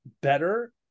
better